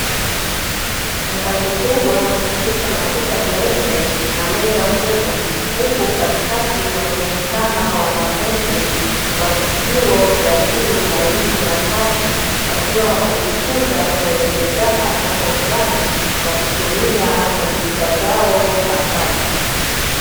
Chumba kikubwa kilicho na kuta nyeupe na meza kubwa, huku katikati wakionekana wanafunzi wa vyuo vya juu na elimu ya kati wakiwa wanajifunza na kuelekezana jambo fulani, kwa kutumia kompyuta zao mpakato.